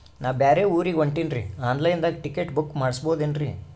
ನಾ ಬ್ಯಾರೆ ಊರಿಗೆ ಹೊಂಟಿನ್ರಿ ಆನ್ ಲೈನ್ ದಾಗ ಟಿಕೆಟ ಬುಕ್ಕ ಮಾಡಸ್ಬೋದೇನ್ರಿ?